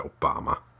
Obama